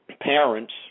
parents